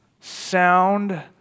sound